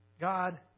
God